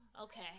Okay